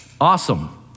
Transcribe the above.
awesome